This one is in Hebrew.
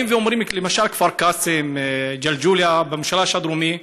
למשל בכפר קאסם וג'לג'וליה, במשולש הדרומי,